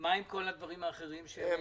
מה עם כל הדברים האחרים שהעלינו?